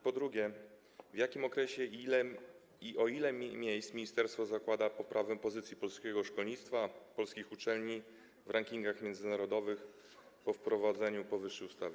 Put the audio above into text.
Po drugie, w jakim okresie i o ile miejsc ministerstwo zakłada poprawę pozycji polskiego szkolnictwa, polskich uczelni w rankingach międzynarodowych po wprowadzeniu powyższej ustawy?